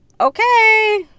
okay